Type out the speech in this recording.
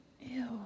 ew